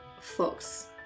fox